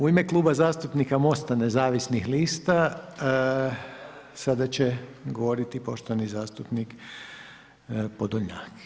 U ime Kluba zastupnika Most-a nezavisnih lista sada će govoriti poštovani zastupnik Podolnjak.